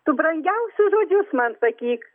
tu brangiausius žodžius man sakyk